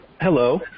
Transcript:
Hello